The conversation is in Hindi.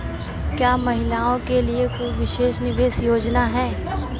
क्या महिलाओं के लिए कोई विशेष निवेश योजना है?